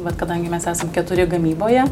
vat kadangi mes esam keturi gamyboje